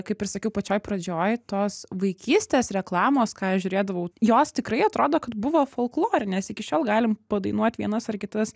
kaip ir sakiau pačioj pradžioj tos vaikystės reklamos ką aš žiūrėdavau jos tikrai atrodo kad buvo folklorines iki šiol galim padainuot vienas ar kitas